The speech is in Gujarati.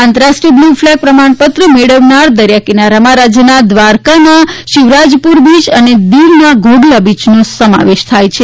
આંતરરાષ્ટ્રીય બ્લૂ ફલેગ પ્રમાણપત્ર મેળવનારા દરિયા કિનારામાં રાજ્યના ધ્વારકાનો શિવરાજપુર બીચ દિવનો ઘોઘલા બીચનો સમાવેશ થાય છે